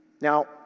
now